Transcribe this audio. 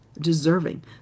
deserving